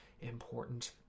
important